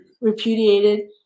repudiated